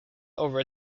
over